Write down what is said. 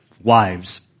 Wives